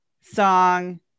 song